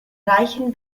reichen